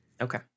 Okay